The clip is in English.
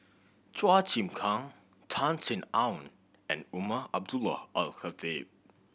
Chua Chim Kang Tan Sin Aun and Umar Abdullah Al Khatib